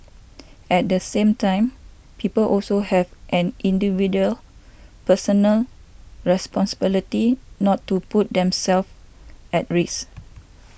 at the same time people also have an individual personal responsibility not to put themself at risk